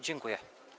Dziękuję.